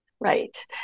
Right